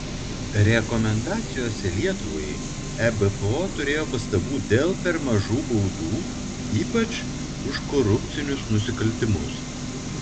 rekomendacijose lietuvai ebpo turėjo pastabų dėl per mažų baudų ypač už korupcinius nusikaltimus